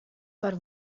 foar